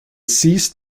seized